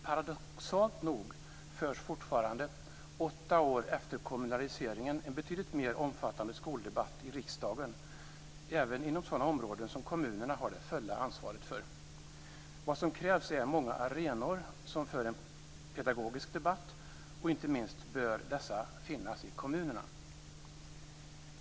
Paradoxalt nog förs fortfarande åtta år efter kommunaliseringen en betydligt mer omfattande skoldebatt i riksdagen, även inom sådana områden som kommunerna har det fulla ansvaret för. Vad som krävs är många arenor där det förs en pedagogisk debatt. Inte minst bör dessa arenor finnas i kommunerna.